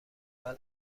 اول